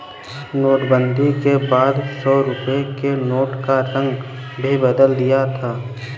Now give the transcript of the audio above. नोटबंदी के बाद सौ रुपए के नोट का रंग भी बदल दिया था